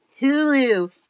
Hulu